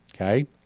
Okay